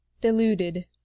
deluded